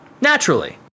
Naturally